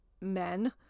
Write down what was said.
men